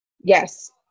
Yes